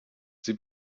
sie